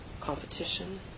competition